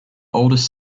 oldest